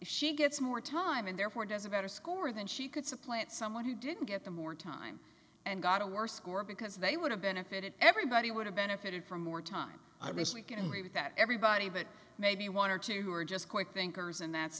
she gets more time and therefore does a better score than she could supplant someone who didn't get the more time and got a worse score because they would have benefited everybody would have benefited from more time i mean we can rebut that everybody but maybe one or two who are just quite thinkers and that's